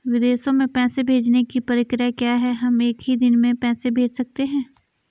विदेशों में पैसे भेजने की प्रक्रिया क्या है हम एक ही दिन में पैसे भेज सकते हैं?